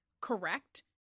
correct